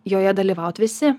joje dalyvaut visi